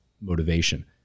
Motivation